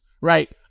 right